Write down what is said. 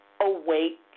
awake